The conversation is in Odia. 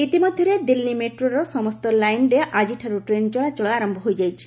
ଇତିମଧ୍ୟରେ ଦିଲ୍ଲୀ ମେଟ୍ରୋର ସମସ୍ତ ଲାଇନ୍ରେ ଆଜିଠାରୁ ଟ୍ରେନ୍ ଚଳାଚଳ ଆରମ୍ଭ ହୋଇଯାଇଛି